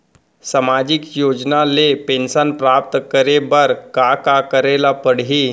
सामाजिक योजना ले पेंशन प्राप्त करे बर का का करे ल पड़ही?